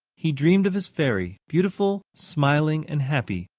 he dreamed of his fairy, beautiful, smiling, and happy,